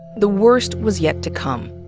the worst was yet to come.